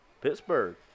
Pittsburgh